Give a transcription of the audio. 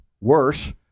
worse